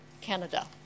Canada